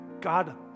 God